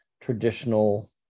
traditional